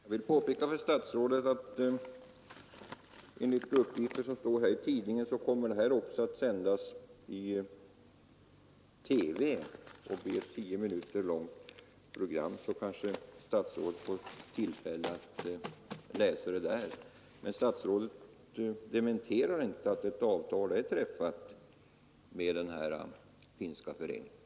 Herr talman! Jag vill påpeka för statsrådet att intervjun enligt uppgifter i tidningen också kommer att sändas i TV i ett tio minuter långt program. Då kanske statsrådet får tillfälle att ta del av den. Men statsrådet dementerar inte uppgiften att ett avtal har träffats med den här finska föreningen.